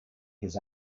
his